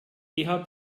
eher